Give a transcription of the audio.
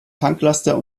tanklaster